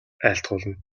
айлтгуулна